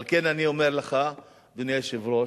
על כן אני אומר לך, אדוני היושב-ראש,